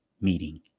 meeting